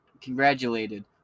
congratulated